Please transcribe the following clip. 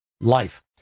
Life